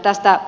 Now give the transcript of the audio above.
tästä